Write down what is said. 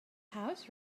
house